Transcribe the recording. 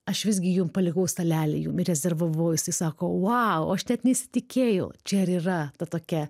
aš visgi jum palikau stalelį jum ir rezervavau jisai sako vau aš net nesitikėjau čia ir yra ta tokia